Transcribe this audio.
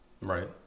Right